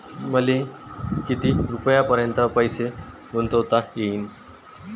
मले किती रुपयापर्यंत पैसा गुंतवता येईन?